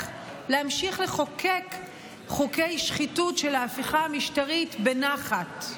להמשיך לחוקק חוקי שחיתות של ההפיכה המשטרית בנחת.